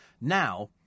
Now